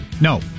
No